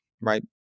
right